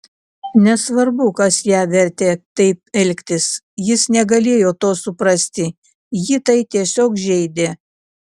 nesvarbu kas ją vertė taip elgtis jis negalėjo to suprasti jį tai tiesiog žeidė